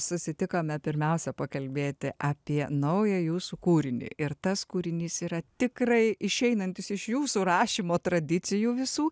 susitikome pirmiausia pakalbėti apie naują jūsų kūrinį ir tas kūrinys yra tikrai išeinantis iš jūsų rašymo tradicijų visų